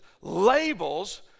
labels